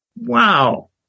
Wow